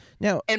Now